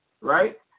right